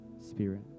spirit